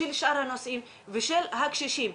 של שאר הנוסעים ושל הקשישים.